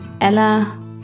Ella